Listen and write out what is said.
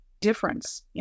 difference